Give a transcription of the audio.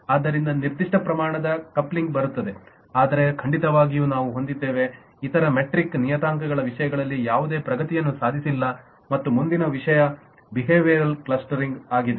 ಆದ್ದರಿಂದ ನಿರ್ದಿಷ್ಟ ಪ್ರಮಾಣದ ಕಾಪ್ಲಿನ್ಗ್ ಬರುತ್ತಿದೆ ಆದರೆ ಖಂಡಿತವಾಗಿಯೂ ನಾವು ಹೊಂದಿದ್ದೇವೆ ಇತರ ಮೆಟ್ರಿಕ್ ನಿಯತಾಂಕಗಳ ವಿಷಯದಲ್ಲಿ ಯಾವುದೇ ಪ್ರಗತಿಯನ್ನು ಸಾಧಿಸಿಲ್ಲ ಮತ್ತು ಮುಂದಿನ ವಿಷಯಬಿಹೇವ್ಯರಲ್ ಕ್ಲಸ್ಟರಿಂಗ್ ಆಗಿದೆ